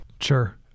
sure